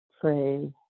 pray